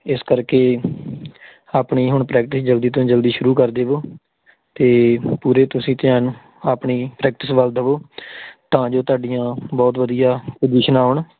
ਇਸ ਕਰਕੇ ਆਪਣੀ ਹੁਣ ਪ੍ਰੈਕਟਿਸ ਜਲਦੀ ਤੋਂ ਜਲਦੀ ਸ਼ੁਰੂ ਕਰ ਦੇਵੋ ਅਤੇ ਪੂਰੇ ਤੁਸੀਂ ਧਿਆਨ ਆਪਣੀ ਪ੍ਰੈਕਟਿਸ ਵੱਲ ਦੇਵੋ ਤਾਂ ਜੋ ਤੁਹਾਡੀਆਂ ਬਹੁਤ ਵਧੀਆ ਪੋਜ਼ੀਸ਼ਨ ਆਉਣ